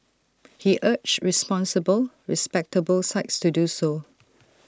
he urged responsible respectable sites to do so